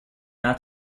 not